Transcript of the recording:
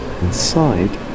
inside